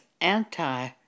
anti